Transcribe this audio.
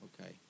Okay